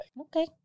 Okay